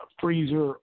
freezer